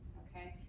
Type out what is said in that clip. ok?